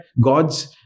God's